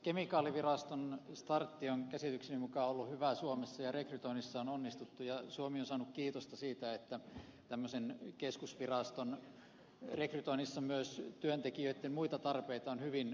kemikaaliviraston startti on käsitykseni mukaan ollut hyvä suomessa rekrytoinnissa on onnistuttu ja suomi on saanut kiitosta siitä että tämmöisen keskusviraston rekrytoinnissa myös työntekijöitten muita tarpeita on hyvin huomioitu